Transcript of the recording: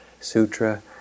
sutra